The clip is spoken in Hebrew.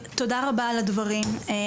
תודה רבה על הדברים.